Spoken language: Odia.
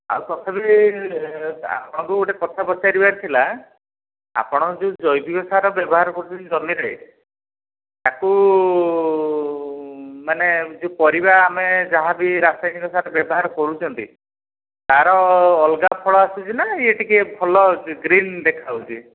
ଆଉ ତଥାପି ଆପଣଙ୍କୁ ଗୋଟେ କଥା ପଚାରିବାର ଥିଲା ଆପଣ ଯେଉଁ ଜୈବିକ ସାର ବ୍ୟବହାର କରୁଛନ୍ତି ଜମିରେ ତାକୁ ମାନେ ଯେଉଁ ପରିବା ଆମେ ଯାହାବି ରାସାୟନିକ ସାର ବ୍ୟବହାର କରୁଛନ୍ତି ତା'ର ଅଲଗା ଫଳ ଆସୁଛି ନା ଇଏ ଟିକିଏ ଭଲ ଗ୍ରୀନ୍ ଦେଖାଯାଉଛି